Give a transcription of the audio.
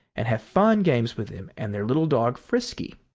and have fine games with him and their little dog frisky.